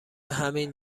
همین